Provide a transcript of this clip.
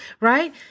right